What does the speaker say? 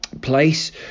place